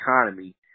Economy